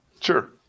Sure